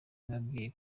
nk’ababyeyi